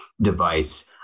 Device